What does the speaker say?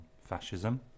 fascism